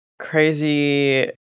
crazy